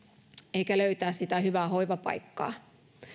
eikä löytää sitä hyvää hoivapaikkaa